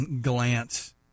glance